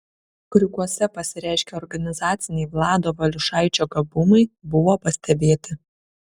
kriukuose pasireiškę organizaciniai vlado valiušaičio gabumai buvo pastebėti